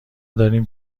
داریم